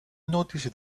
notice